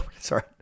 Sorry